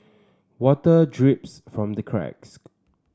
water drips from the cracks